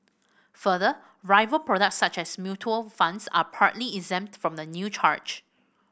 further rival products such as mutual funds are partly exempt from the new charge